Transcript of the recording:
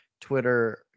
Twitter